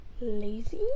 lazy